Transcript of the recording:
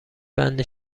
بند